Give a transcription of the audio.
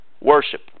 worship